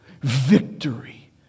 victory